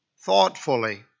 thoughtfully